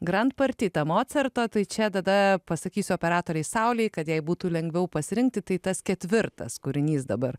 gran partita mocartą tai čia tada pasakysiu operatoriai saulėje kad jai būtų lengviau pasirinkti tai tas ketvirtas kūrinys dabar